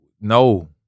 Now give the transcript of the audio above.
No